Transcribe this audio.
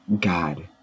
God